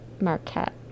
Marquette